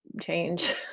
change